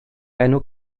enw